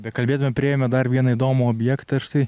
bekalbėdami priėjome dar vieną įdomų objektą štai